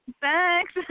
Thanks